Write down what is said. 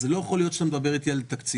לא יכול להיות שאתה מדבר איתי על תקציב.